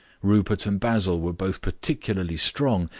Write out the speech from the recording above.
rupert and basil were both particularly strong,